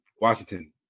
Washington